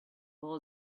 all